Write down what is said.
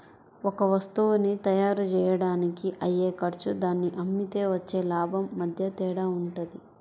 ఒక వత్తువుని తయ్యారుజెయ్యడానికి అయ్యే ఖర్చు దాన్ని అమ్మితే వచ్చే లాభం మధ్య తేడా వుంటది